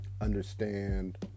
understand